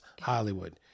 Hollywood